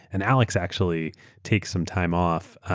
and alex actually takes some time off,